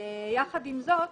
יחד עם זאת,